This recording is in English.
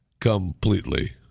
Completely